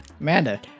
Amanda